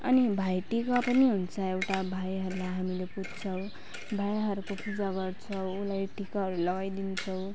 अनि भाइटिका पनि हुन्छ यता भाइहरूलाई हामीले पुज्छौँ भाइहरूको पूजा गर्छौँ उसलाई टिकाहरू लगाइदिन्छौँ